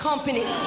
company